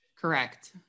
Correct